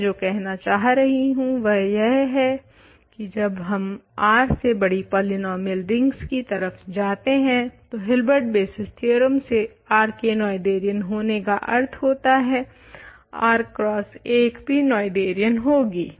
तो मैं जो कहना चाह रही हूँ वह यह है की जब हम R से बड़ी पोलिनोमियल रिंग्स की तरफ जाते हैं तो हिलबेर्ट बेसिस थ्योरम से R के नोएथेरियन होने का अर्थ होता है Rx1 भी नोएथेरियन होगी